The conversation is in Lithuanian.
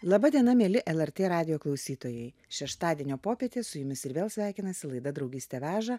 laba diena mieli lrt radijo klausytojai šeštadienio popietę su jumis ir vėl sveikinasi laida draugystė veža